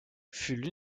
fut